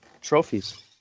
trophies